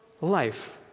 life